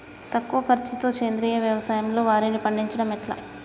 తక్కువ ఖర్చుతో సేంద్రీయ వ్యవసాయంలో వారిని పండించడం ఎలా?